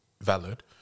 valid